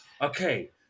okay